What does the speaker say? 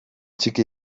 txiki